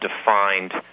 defined